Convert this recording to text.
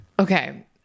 Okay